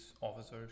officers